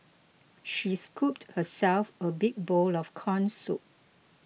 she scooped herself a big bowl of Corn Soup